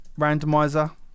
randomizer